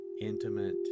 intimate